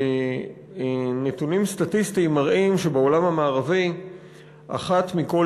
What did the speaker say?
ונתונים סטטיסטיים מראים שבעולם המערבי אחת מכל